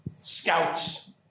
scouts